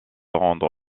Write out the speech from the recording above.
rendre